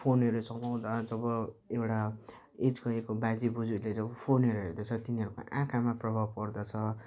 फोनहरू चलाउँदा जब एउटा एज भएको बाजेबोजूले जब फोनहरू हेर्दछ तिनीहरूको आँखामा प्रभाव पर्दछ